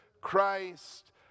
Christ